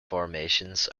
formations